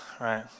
right